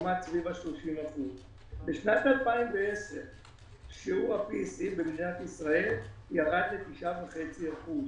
שעמד סביב 30%. בשנת 2010 שיעור התמיכה במדינת ישראל ירד ל-9.5%,